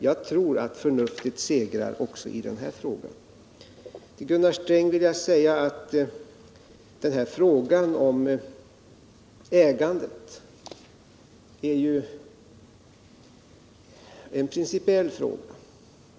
Jag tror att förnuftet segrar också i den här frågan. Till Gunnar Sträng vill jag säga att frågan om ägandet är principiell.